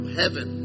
heaven